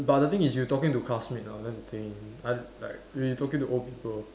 but the thing is you talking to classmate [what] that's the thing I like we talking to old people